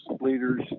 leaders